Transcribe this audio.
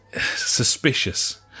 Suspicious